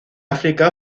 áfrica